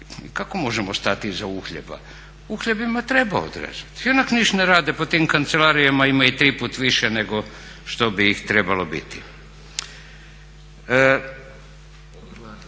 Kako možemo stati iza uhljeba? Uhljebima treba odrezati, ionako ništa ne rade po tim kancelarijama, imaju triput više nego što bi ih trebalo biti. Prijevara